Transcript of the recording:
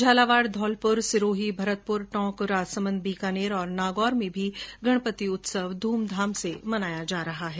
झालावाड़ धौलपुर सिरोही भरतपुर टोंक राजसमंद बीकानेर और नागौर में भी गणपति उत्सव धूमधाम से मनाया जा रहा है